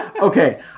Okay